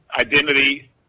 identity